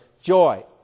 joy